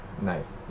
Nice